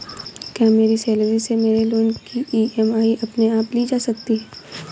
क्या मेरी सैलरी से मेरे लोंन की ई.एम.आई अपने आप ली जा सकती है?